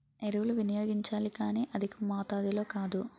ఎరువులు వినియోగించాలి కానీ అధికమాతాధిలో కాదు